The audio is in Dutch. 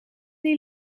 die